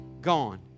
gone